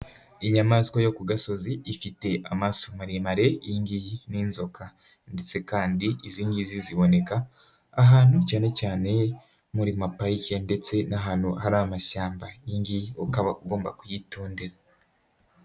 Inyamaswa yo ku gasozi ifite amaso maremare iyi ngiyi ni inzoka ndetse kandi izi ngizi ziboneka ahantu cyane cyane muri maparike ndetse n'ahantu hari amashyamba iyi ngiyi ukaba ugomba kuyitondera.